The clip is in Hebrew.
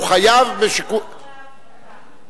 הוא חייב, לא אחרי ההפרטה.